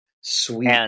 Sweet